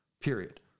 period